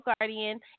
Guardian